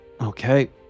okay